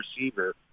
receiver